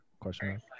question